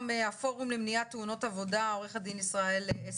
הפורום למניעת תאונות עבודה, עורך הדין ישראל אסל.